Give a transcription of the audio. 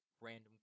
random